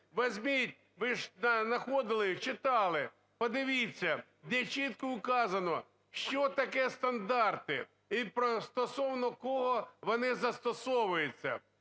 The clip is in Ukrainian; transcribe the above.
ви ж знаходили, читали. Подивіться, де чітко вказано, що таке стандарти і стосовно кого вони застосовуються.